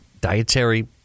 Dietary